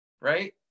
Right